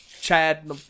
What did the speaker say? Chad